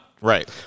Right